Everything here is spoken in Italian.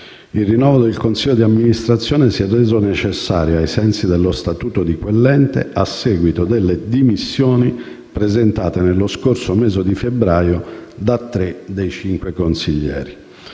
Il rinnovo del consiglio di amministrazione si è reso necessario, ai sensi dello statuto di quell'ente, a seguito alle dimissioni presentate nello scorso mese di febbraio da tre dei cinque consiglieri.